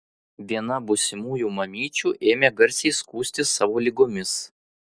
viena būsimųjų mamyčių ėmė garsiai skųstis savo ligomis